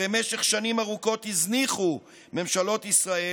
הרי במשך שנים ארוכות הזניחו ממשלות ישראל,